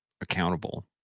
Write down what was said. accountable